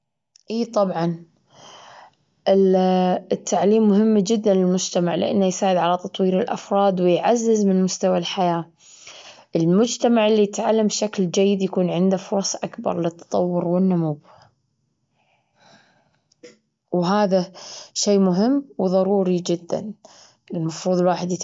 إي طبعًا، ال- التعليم مهم جدا للمجتمع لأنه يساعد على تطوير الأفراد، ويعزز من مستوى الحياة. المجتمع اللي يتعلم بشكل جيد يكون عنده فرص أكبر للتطور والنمو. وهذا شيء مهم وظروري جدا المفروض الواحد يت-.